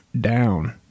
down